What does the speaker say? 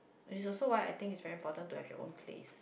this is so why I think is very important to have your own place